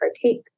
partake